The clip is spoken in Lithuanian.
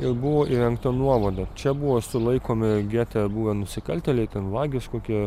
ir buvo įrengta nuovada čia buvo sulaikomi gete buvę nusikaltėliai ten vagys kokie